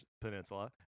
peninsula